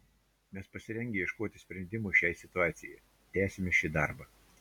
mes pasirengę ieškoti sprendimo šiai situacijai tęsime šį darbą